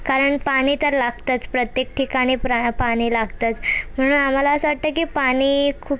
कारण पाणी तर लागतंच प्रत्येक ठिकाणी प्र पाणी लागतंच म्हणून आम्हाला असं वाटतं की पाणी खूप